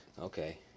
Okay